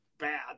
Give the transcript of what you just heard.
bad